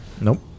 Nope